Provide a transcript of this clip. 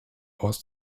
haus